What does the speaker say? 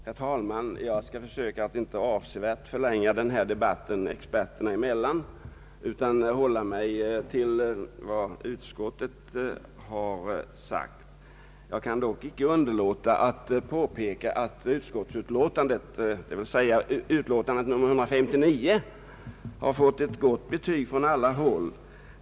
Herr talman! Jag skall försöka att inte avsevärt förlänga denna debatt experterna emellan utan hålla mig till vad utskottet har anfört. Jag kan dock inte underlåta att påpeka att utskottets utlåtande nr 159 har fått ett gott betyg från alla håll.